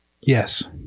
yes